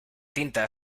tinta